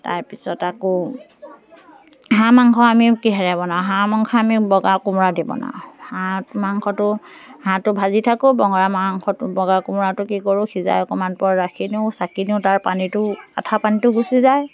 তাৰপিছত আকৌ হাঁহ মাংস আমি কিহেৰে বনাওঁ হাঁহ মাংস আমি বগা কোমোৰা দি বনাওঁ হাঁহ মাংসটো হাঁহটো ভাজি থাকোঁ বগা মাংসটো বগা কোমোৰাটো কি কৰোঁ সিজাই অকণমান পৰ ৰাখি দিওঁ চাকি দিওঁ তাৰ পানীটো আঠা পানীটো গুচি যায়